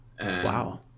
Wow